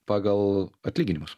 pagal atlyginimus